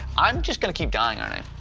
i'm just gonna keep dying on it.